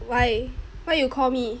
<mandarin:喂:wei why you call me